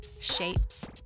shapes